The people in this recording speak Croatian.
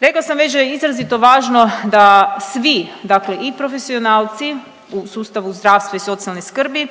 Rekla sam već da je izrazito važno da svi, dakle i profesionalci u sustavu zdravstva i socijalne skrbi,